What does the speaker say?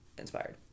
inspired